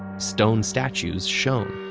stone statues shone,